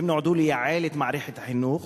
נועדו לייעל את מערכת החינוך